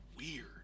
weird